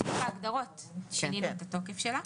בסעיף ההגדרות שינינו את התוקף שלה.